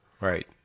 right